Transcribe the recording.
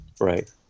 Right